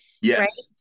Yes